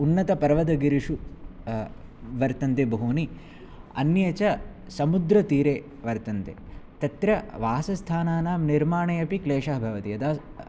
उन्नतपर्वतगिरिषु वर्तन्ते बहूनि अन्ये च समुद्रतीरे वर्तन्ते तत्र वासस्थानानां निर्माणेऽपि क्लेशः भवति यदा